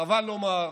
חבל לומר,